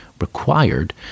required